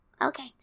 Okay